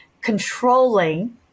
controlling